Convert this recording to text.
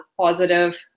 positive